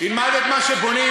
תלמד את מה שבונים,